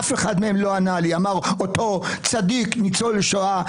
אף אחד מהם לא ענה לי אמר אותו צדיק ניצול שואה,